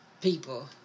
people